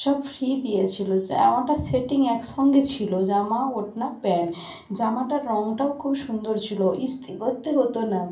সব ফ্রি দিয়েছিলো জামাটা সেটিং এক সঙ্গে ছিলো জামা ওড়না প্যান্ট জামাটার রঙটাও খুবই সুন্দর ছিলো ইস্ত্রি করতে হতো না